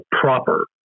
proper